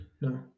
No